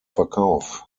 verkauf